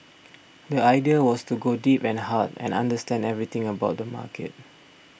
the idea was to go deep and hard and understand everything about the market